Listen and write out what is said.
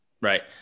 Right